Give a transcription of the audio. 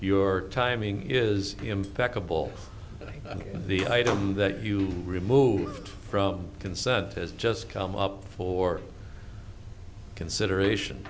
your timing is impeccable and the item that you removed from consent has just come up for consideration